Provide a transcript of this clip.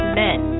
men